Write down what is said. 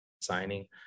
signing